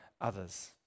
others